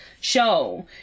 show